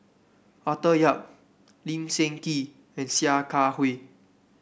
Arthur Yap Lee Seng Tee and Sia Kah Hui